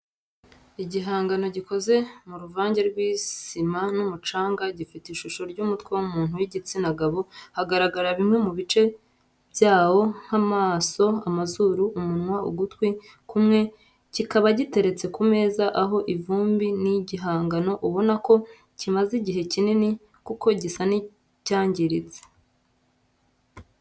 Igihangano gikoze mu ruvange rw'isima n'umucanga gifite ishusho y'umutwe w'umuntu w'igitsina gabo hagaragara bimwe mu bice byawo nk'amaso amazuru, umunwa ugutwi kumwe kikaba giteretse ku meza ariho ivumbi ni igihangano ubona ko kimaze igihe kinini kuko gisa n'icyangiritse.